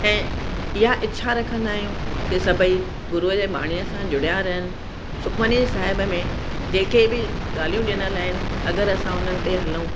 ऐं इहा इच्छा रखंदा आहियूं कि सभई गुरुअ जे ॿाणीअ सां जुड़िया रहिनि सुखमनी साहिब में जेके बि ॻाल्हियूं ॾिनल आहिनि अगरि असां उन्हनि ते हलूं